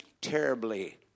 terribly